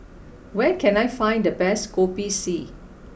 where can I find the best Kopi C